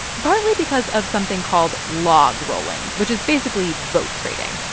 partly because of something called logrolling, which is basically vote trading.